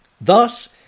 Thus